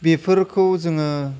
बेफोरखौ जोङो